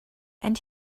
and